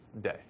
day